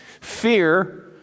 Fear